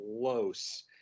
close